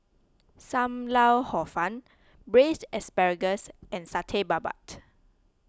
Sam Lau Hor Fun Braised Asparagus and Satay Babat